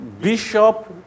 bishop